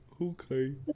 Okay